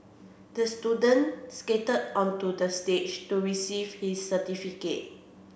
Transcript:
the student skated onto the stage to receive his certificate